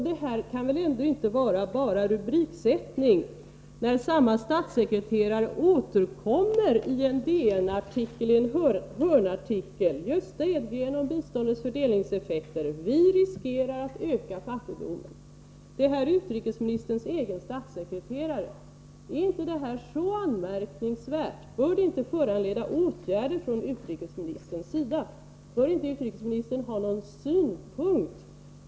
Det kan väl ändå inte bara vara en fråga om rubriksättning, när samme statssekreterare återkommer méd liknande uttalanden i en egen hörnartikel i DN. Jag citerar från den artikeln: ”Gösta Edgren om biståndets fördelningseffekter: Vi riskerar att öka fattigdomen”. Gösta Edgren är utrikesministerns egen statssekreterare. Är inte dessa uttalanden så anmärkningsvärda att de bör föranleda åtgärder från utrikes ministerns sida? Bör inte utrikesministern ha någon synpunkt?